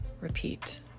Repeat